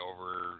over